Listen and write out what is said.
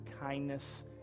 kindness